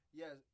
yes